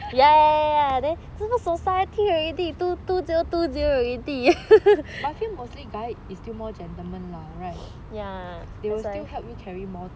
gender equality but I feel mostly guys is still more gentleman lah right they will